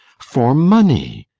for money!